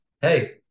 hey